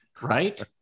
right